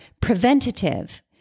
preventative